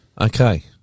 Okay